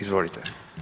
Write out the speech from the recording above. Izvolite.